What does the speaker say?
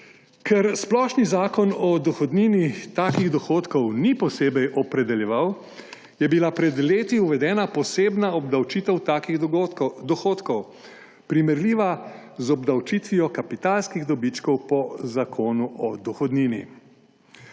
Ker splošni Zakon o dohodnini takih dohodkov ni posebej opredeljeval, je bila pred leti uvedena posebna obdavčitev takih dohodkov, primerljiva z obdavčitvijo kapitalskih dobičkov po Zakonu o dohodnini.